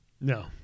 No